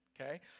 okay